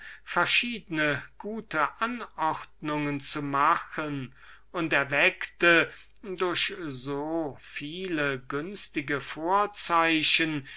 verschiedene gute anordnungen zu veranstalten und erweckte durch so viele günstige vorzeichen